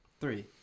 Three